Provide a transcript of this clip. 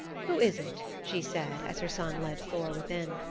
who is it? she said, as her son led thor within.